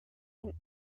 and